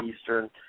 Eastern